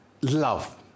love